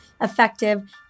effective